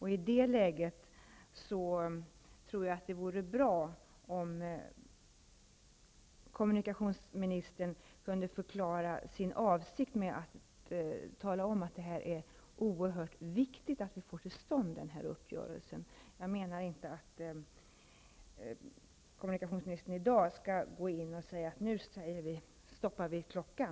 Jag tror därför att det vore bra om kommunikationsministern kunde förklara sin avsikt genom att tala om att det är oerhört viktigt att vi får till stånd den här uppgörelsen. Jag menar inte att kommunikationsministern i dag skall säga att vi nu stoppar klockan.